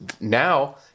now